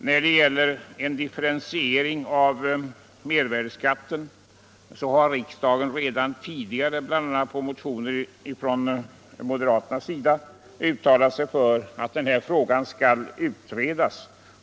När det gäller frågan om en differentiering av mervärdeskatten har riksdagen redan tidigare, bl.a. efter motioner från moderat håll, uttalat sig för att den skall utredas.